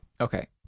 okay